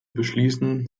beschließen